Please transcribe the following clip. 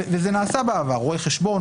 וזה נעשה בעבר רואי חשבון,